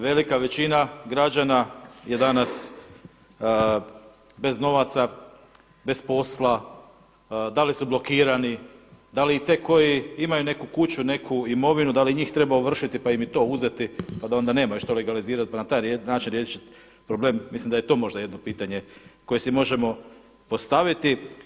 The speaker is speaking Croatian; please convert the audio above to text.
Velika većina građana je danas bez novaca, bez posla, da li su blokirani, da li i te koji imaju neku kuću, neku imovinu da li i njih treba ovršiti pa im i to uzeti pa da onda nemaju što legalizirati pa na taj način riješiti problem, mislim da je to možda jedno pitanje koje si možemo postaviti.